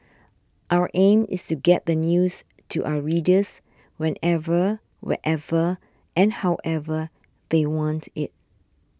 our aim is to get the news to our readers whenever wherever and however they want it